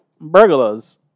burglars